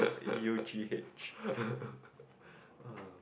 U G H